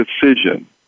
decision